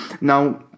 now